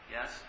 Yes